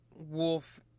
Wolf